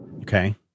Okay